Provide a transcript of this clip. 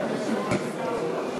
1 4 נתקבלו.